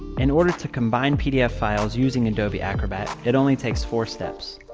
in order to combine pdf files using adobe acrobat, it only takes four steps.